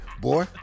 Boy